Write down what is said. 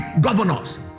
governors